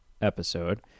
episode